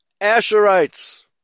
Asherites